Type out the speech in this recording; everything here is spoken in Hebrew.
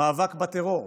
מאבק בטרור.